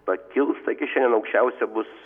pakils taigi šiandien aukščiausia bus